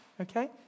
okay